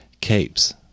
capes